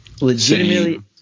legitimately